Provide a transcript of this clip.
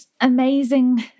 amazing